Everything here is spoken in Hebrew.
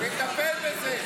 תטפל בזה.